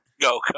go